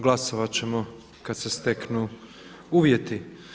Glasovat ćemo kada se steknu uvjeti.